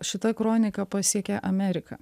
šita kronika pasiekia ameriką